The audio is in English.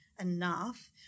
enough